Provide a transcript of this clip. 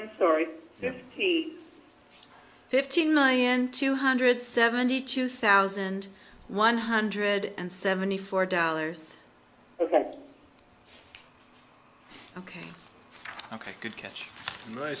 i'm sorry he fifteen million two hundred seventy two thousand one hundred and seventy four dollars ok ok good catch my